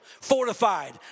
fortified